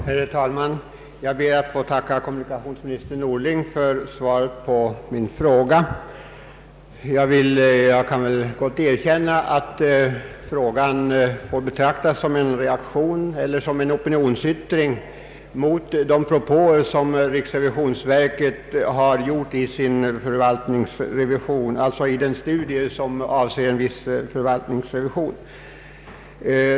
Herr talman! Jag ber att få tacka herr statsrådet Norling för svaret på min fråga. Jag erkänner att frågan får betraktas som en opinionsyttring mot de propåer som riksrevisionsverket har fram fört i den studie som avser en viss förvaltningsrevision av vägverket.